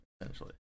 essentially